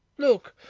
look,